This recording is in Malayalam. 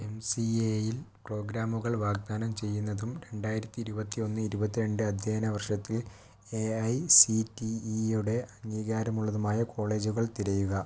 എംസിഎയിൽ പ്രോഗ്രാമുകൾ വാഗ്ദാനം ചെയ്യുന്നതും രണ്ടായിരത്തി ഇരുപത്തിയൊന്ന് ഇരുപത്തിരണ്ട് അധ്യയന വർഷത്തിൽ എഐസിറ്റിഇയുടെ അംഗീകാരമുള്ളതുമായ കോളേജുകൾ തിരയുക